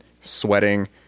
sweating